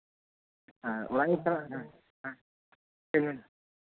ᱚᱲᱟᱜ ᱜᱤᱧ ᱪᱟᱞᱟᱜᱼᱟ ᱦᱮᱸ ᱦᱮᱸ